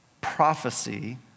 prophecy